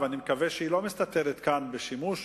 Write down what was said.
ואני מקווה שהיא לא מסתתרת כאן בשימוש